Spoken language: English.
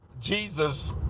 jesus